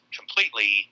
completely